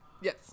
Yes